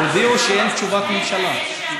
הודיעו שאין תשובת ממשלה.